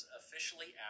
officially